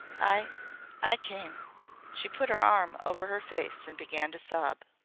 i i came she put her arm over her face and began to sob.